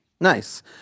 Nice